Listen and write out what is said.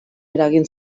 eragin